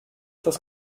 das